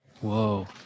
Whoa